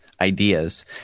ideas